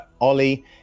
Ollie